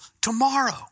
tomorrow